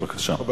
תודה רבה,